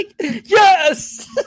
yes